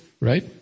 right